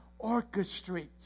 orchestrates